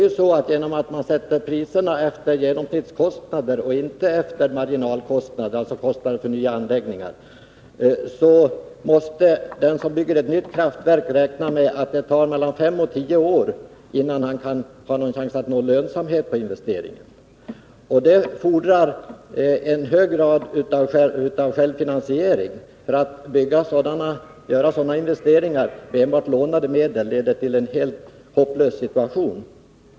Eftersom man sätter priserna på basis av genomsnittskostnaderna och inte på basis av marginalkostnaderna, dvs. kostnaderna för nya anläggningar, måste den som bygger ett nytt kraftverk räkna med att det tar mellan fem och tio år, innan man kan uppnå lönsamhet på investeringen. Det krävs en hög grad av självfinansiering. Att göra sådana investeringar med enbart lånade medel leder till en helt hopplös situation.